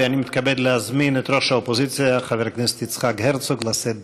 ואני מתכבד להזמין את ראש האופוזיציה חבר הכנסת יצחק הרצוג לשאת דברים.